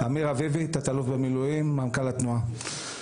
אמיר אביבי, תת אלוף במילואים ומנכ"ל התנועה.